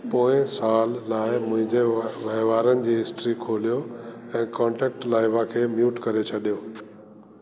पोएं साल लाइ मुंहिंजे वहिंवारनि जी हिस्ट्री खोलियो ऐं कोन्टेक्ट लाइबा खे म्यूट करे छॾियो